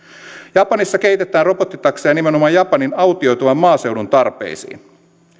japanissa kehitetään robottitakseja nimenomaan japanin autioituvan maaseudun tarpeisiin